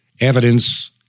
evidence